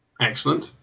Excellent